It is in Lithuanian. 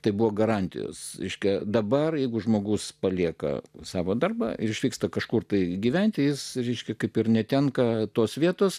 tai buvo garantijos reiškia dabar jeigu žmogus palieka savo darbą ir išvyksta kažkur tai gyventi jis reiškia kaip ir netenka tos vietos